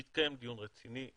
מתקיים דיון רציני.